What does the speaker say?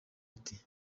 ati